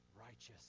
righteous